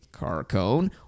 Carcone